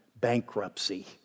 bankruptcy